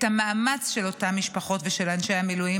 את המאמץ של אותם משפחות ושל אנשי המילואים,